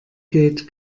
geht